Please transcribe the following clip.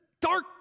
dark